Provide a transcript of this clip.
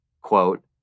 quote